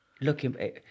looking